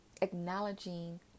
Acknowledging